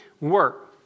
work